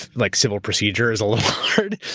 like civil procedure is a little hard,